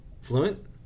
fluent